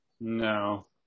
no